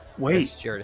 Wait